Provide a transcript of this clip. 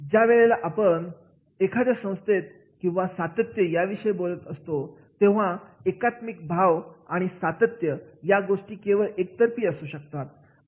ज्या वेळेला आपण एखाद्या संस्थेत किंवा सातत्य याविषयी बोलतो तेव्हा एकात्मिक भाव आणि सातत्य या गोष्टी केवळ एकतर्फी असू शकत नाहीत